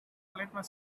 litmus